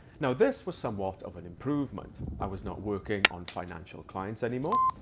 now this was somewhat of an improvement. i was not working on financial clients anymore.